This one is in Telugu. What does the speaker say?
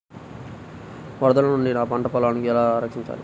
వరదల నుండి నా పంట పొలాలని ఎలా రక్షించాలి?